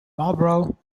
marlborough